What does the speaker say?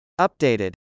Updated